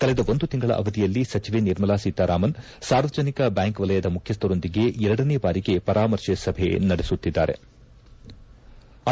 ಕಳೆದ ಒಂದು ತಿಂಗಳ ಅವಧಿಯಲ್ಲಿ ಸಚಿವೆ ನಿರ್ಮಲಾ ಸೀತಾರಾಮನ್ ಅವರು ಸಾರ್ವಜನಿಕ ಬ್ಲಾಂಕ್ ವಲಯದ ಮುಖ್ಯಸ್ಲರೊಂದಿಗೆ ಎರಡನೇ ಬಾರಿಗೆ ಪರಾಮರ್ಶೆ ಸಭೆ ನಡೆಸುತ್ತಿದ್ಲಾರೆ